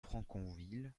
franconville